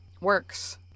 works